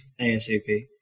ASAP